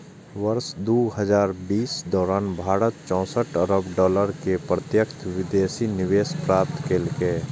वर्ष दू हजार बीसक दौरान भारत चौंसठ अरब डॉलर के प्रत्यक्ष विदेशी निवेश प्राप्त केलकै